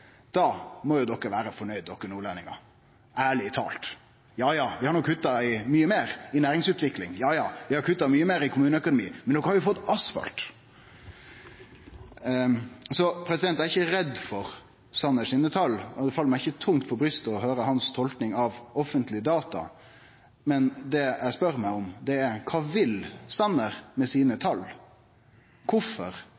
må jo nordlendingane vere fornøyde. Ærleg tala! Jaja, vi har kutta mykje meir i næringsutvikling. Jaja, vi har kutta meir i kommuneøkonomien. Men dei har jo fått asfalt! Eg er ikkje redd for Sanner sine tal, og det fell meg ikkje tungt for brystet å høyre hans tolking av offentlege data, men det eg spør meg om, er: Kva vil Sanner med sine